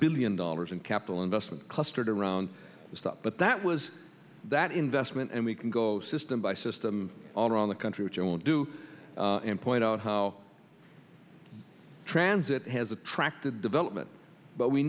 billion dollars in capital investment clustered around the stuff but that was that investment and we can go system by system all around the country which i won't do and point out how transit has attracted development but we